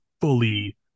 fully